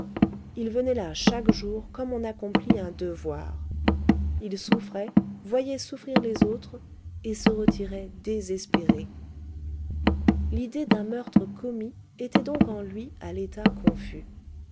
il venait là chaque jour comme ou accomplit un devoir il souffrait voyait souffrir les autres et se retirait désespéré l'idée d'un meurtre commis était donc en lui à l'état confus